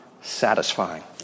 satisfying